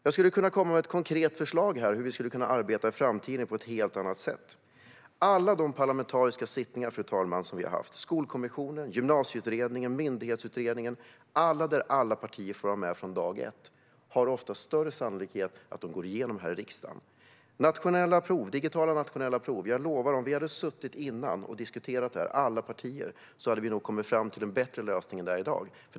Jag kan komma med ett konkret förslag om hur vi skulle kunna arbeta i framtiden på ett helt annat sätt, fru talman. De parlamentariska sittningar där alla partier får vara med från dag ett, såsom Skolkommissionen, Gymnasieutredningen och myndighetsutredningen, har oftast större sannolikhet att gå igenom här i riksdagen. Om alla partier hade suttit innan och diskuterat digitala nationella prov hade vi nog kommit fram till en bättre lösning än den vi har i dag.